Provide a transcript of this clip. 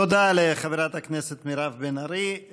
תודה לחברת הכנסת מירב בן ארי.